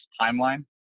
timeline